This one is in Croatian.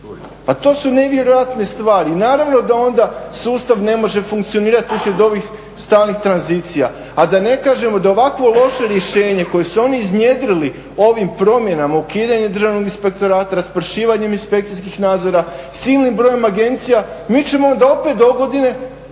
Pa to su nevjerojatne stvari. I naravno da onda sustav ne može funkcionirati uslijed ovih stalnih tranzicija. A da ne kažemo da ovakvo loše rješenje koje su oni iznjedrili ovim promjenama, ukidanje Državnog inspektorata, raspršivanjem inspekcijskih nadzora, silnim brojem agencija, mi ćemo onda opet dogodine